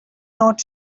not